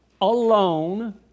alone